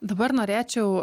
dabar norėčiau